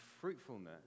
fruitfulness